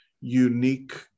unique